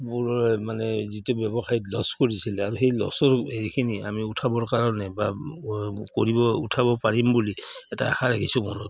মোৰ মানে যিটো ব্যৱসায়ত লছ কৰিছিলে আৰু সেই লছৰ হেৰিখিনি আমি উঠাবৰ কাৰণে বা কৰিব উঠাব পাৰিম বুলি এটা আশা ৰাখিছোঁ মনত